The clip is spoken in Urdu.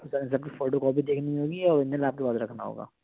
سر ان سب کی فوٹو کاپی دینی ہوگی یا اوریجنل آپ کے پاس رکھنا ہوگا